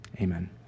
Amen